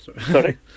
Sorry